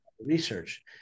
research